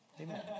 Amen